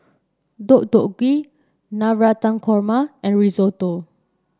Deodeok Gui Navratan Korma and Risotto